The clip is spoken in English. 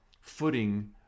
footing